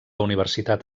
universitat